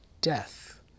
death